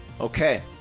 Okay